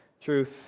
truth